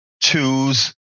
choose